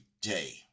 day